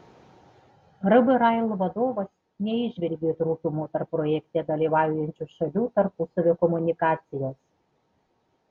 rb rail vadovas neįžvelgė trūkumų tarp projekte dalyvaujančių šalių tarpusavio komunikacijos